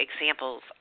examples